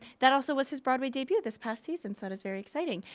that also was his broadway debut this past season, so it is very exciting.